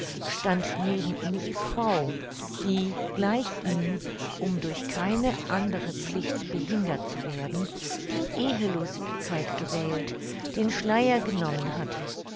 stand neben ihm die frau die gleich ihm um durch keine andere pflicht behindert zu werden die ehelosigkeit gewählt den schleier genommen hatte